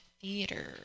Theater